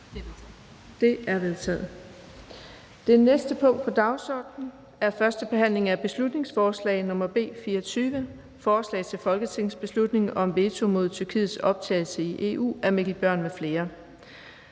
dette som vedtaget. Det er vedtaget. --- Det næste punkt på dagsordenen er: 8) 1. behandling af beslutningsforslag nr. B 24: Forslag til folketingsbeslutning om veto mod Tyrkiets optagelse i EU. Af Mikkel Bjørn m.fl.